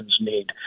need